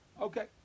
Okay